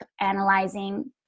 analyzing